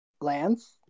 Lance